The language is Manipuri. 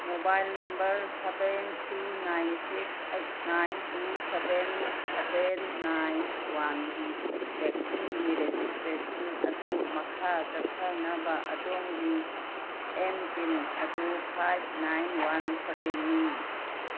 mobile number seven three nine six eight nine two seven seven nine ꯋꯥꯟꯒꯤ ꯕꯦꯛꯁꯤꯟꯒꯤ ꯔꯦꯖꯤꯁꯇ꯭ꯔꯦꯁꯟ ꯑꯗꯨ ꯃꯈꯥ ꯆꯠꯊꯅꯕ ꯑꯗꯣꯝꯒꯤ ꯑꯦꯝ ꯄꯤꯟ ꯑꯗꯨ ꯐꯥꯏꯞ ꯅꯥꯏꯟ ꯋꯥꯟ ꯁꯕꯦꯟꯅꯤ